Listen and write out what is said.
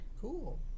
Cool